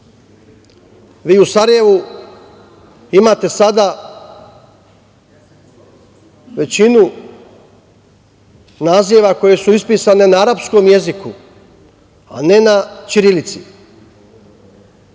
u Sarajevu imate sada većinu naziva koji su ispisani na arapskom jeziku, a ne na ćirilici.